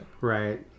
Right